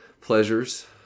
pleasures